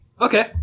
okay